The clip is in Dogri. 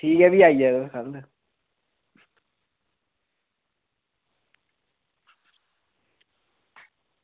ठीक ऐ भी आई जायो